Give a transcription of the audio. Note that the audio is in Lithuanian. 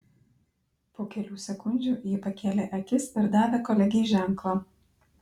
po kelių sekundžių ji pakėlė akis ir davė kolegei ženklą